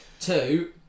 Two